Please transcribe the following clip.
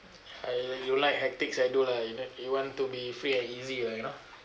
I you like hectic I know lah you know you want to be free and easy ah you know